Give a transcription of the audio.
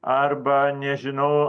arba nežinau